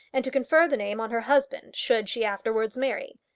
and to confer the name on her husband, should she afterwards marry.